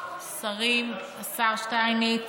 שרים, השר שטייניץ,